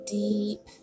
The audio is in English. deep